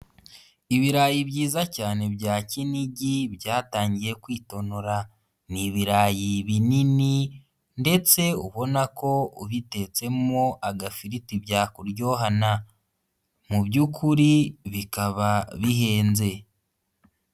Ibirayi byiza cyane bya kinigi byatangiye kwitonora, ni ibirayi binini ndetse ubona ko ubitetsemo agafiriti byakuryohana, mu by'ukuri bikaba bihenze.